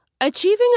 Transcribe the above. Achieving